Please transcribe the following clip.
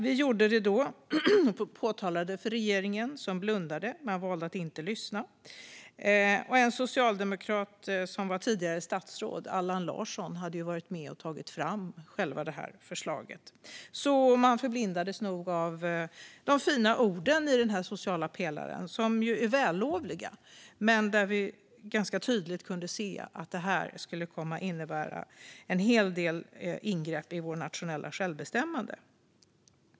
Vi påpekade detta för regeringen, som blundade och valde att inte lyssna. En socialdemokrat som tidigare hade varit statsråd, Allan Larsson, hade varit med och tagit fram förslaget. Man förblindades nog av de fina orden i den sociala pelaren, som är vällovliga, men där vi tydligt kunde se att de skulle innebära en hel del ingrepp i vårt nationella självbestämmande.